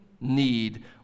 need